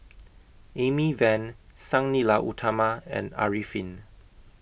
Amy Van Sang Nila Utama and Arifin